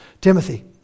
Timothy